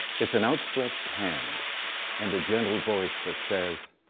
it's an outstretched hand and a gentle voice that says,